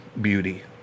beauty